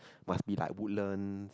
must be like Woodlands